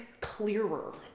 clearer